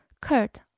Kurt